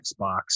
Xbox